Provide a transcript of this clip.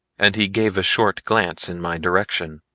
and he gave a short glance in my direction.